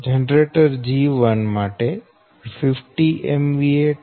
G1 50 MVA 12